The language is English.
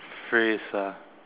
phrase ah